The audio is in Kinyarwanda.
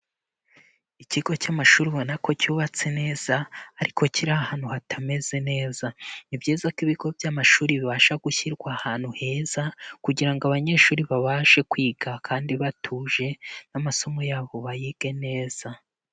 Ikigo cy'amashuri ubona ko cyubatse neza ariko kiri ahantu hatameze neza, ni byiza ko ibigo by'amashuri bibasha gushyirwa ahantu heza kugira ngo abanyeshuri babashe kwiga kandi batuje n'amasomo yabo bayige neza.